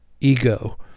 ego